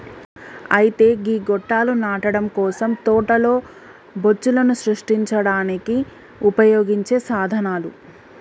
అయితే గీ గొట్టాలు నాటడం కోసం తోటలో బొచ్చులను సృష్టించడానికి ఉపయోగించే సాధనాలు